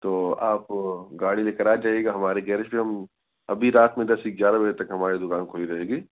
تو آپ گاڑی لے کر آ جائیے گا ہمارے گیرج پہ ہم ابھی رات میں دس سے گیارہ بجے تک ہماری دکان کھلی رہے گی